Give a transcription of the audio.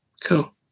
cool